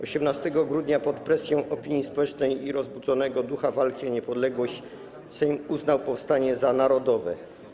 18 grudnia pod presją opinii społecznej i rozbudzonego ducha walki o niepodległość Sejm uznał powstanie za narodowe.